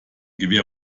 gewehr